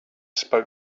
spoke